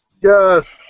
Yes